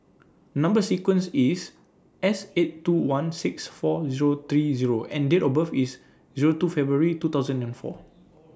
Number sequence IS S eight two one six four Zero three Zero and Date of birth IS Zero two February two thousand and four